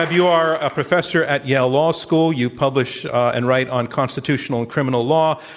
ah you are a professor at yale law school. you publish and write on constitutional and criminal law.